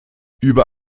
über